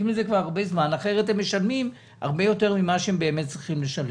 כבר הרבה זמן אחרת הם משלמים הרבה יותר ממה שהם צריכים לשלם,